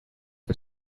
for